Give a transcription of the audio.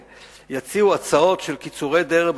יציעו הצעות של קיצורי דרך,